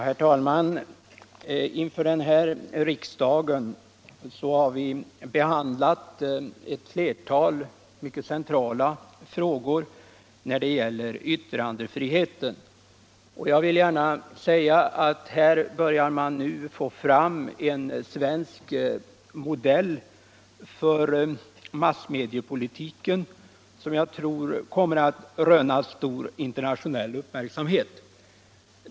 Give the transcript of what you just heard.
Herr talman! Vi har under detta riksmöte behandlat ett flertal mycket centrala frågor när det gäller yttrandefriheten. Jag vill säga att man nu börjar få fram en svensk modell för massmediepolitiken, som jag tror kommer att röna stor internationell uppmärksamhet.